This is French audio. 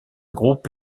groupe